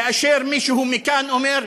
כאשר מישהו מכאן אומר: